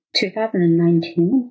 2019